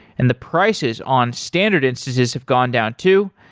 and the prices on standard instances have gone down too.